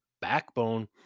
backbone